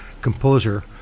composer